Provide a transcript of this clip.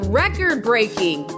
record-breaking